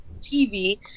TV